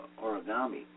origami